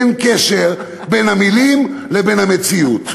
אין קשר בין המילים לבין המציאות.